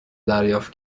دریافت